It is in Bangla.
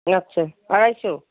আচ্ছা আড়াইশো